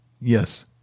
Yes